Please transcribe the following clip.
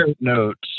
notes